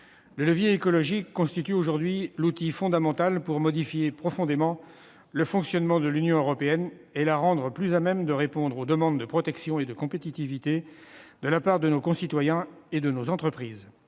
Le levier écologique constitue aujourd'hui l'outil fondamental pour modifier profondément le fonctionnement de l'Union européenne et permettre à cette dernière de répondre aux demandes de protection et de compétitivité de nos concitoyens et de nos entreprises.